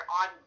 on